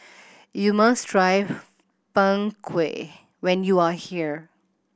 you must try Png Kueh when you are here